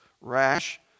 rash